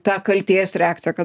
tą kaltės reakcija kad